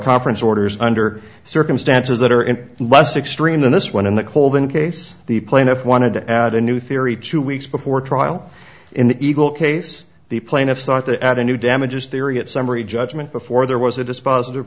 conference orders under circumstances that are in less extreme than this one and the colgan case the plaintiff wanted to add a new theory two weeks before trial in the eagle case the plaintiff sought the avenue damages theory at summary judgment before there was a dispos